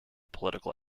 political